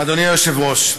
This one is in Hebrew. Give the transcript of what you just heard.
אדוני היושב-ראש,